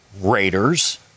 Raiders